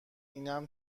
اینم